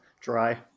dry